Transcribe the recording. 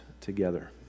together